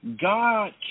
God